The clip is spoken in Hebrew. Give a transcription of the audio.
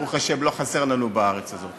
שברוך השם לא חסרים לנו בארץ הזאת,